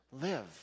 live